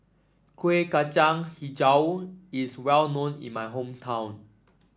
Kuih Kacang hijau is well known in my hometown